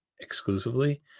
exclusively